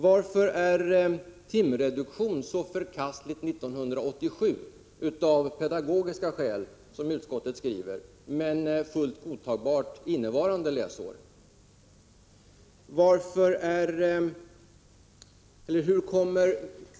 Varför är timreduktion så förkastligt 1987 av pedagogiska skäl, som utskottet skriver, när det är fullt godtagbart innevarande läsår?